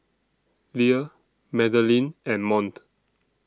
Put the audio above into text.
Lea Madelyn and Mont